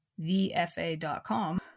thefa.com